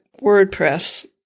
WordPress